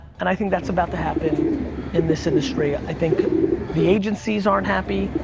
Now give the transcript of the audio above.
and i think that's about to happen in this industry. i think the agencies aren't happy,